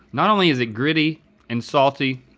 not only is it gritty and salty,